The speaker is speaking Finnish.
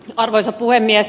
arvoisa puhemies